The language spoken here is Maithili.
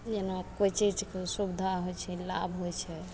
जेना कोइ चीजके सुविधा होइ छै लाभ होइ छै